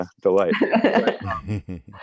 delight